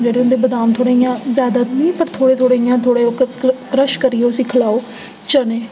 जेह्ड़े होंदे बदाम जैदा नेईं थोह्ड़े थोह्ड़े क्रश करियै उसी खलाओ चने